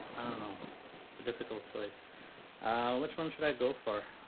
know it's a difficult choice which one should i go for